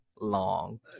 long